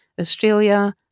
Australia